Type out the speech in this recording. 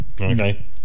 okay